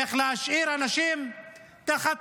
איך להשאיר אנשים תחת